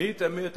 האמת,